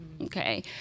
Okay